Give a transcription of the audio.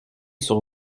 sur